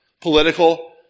Political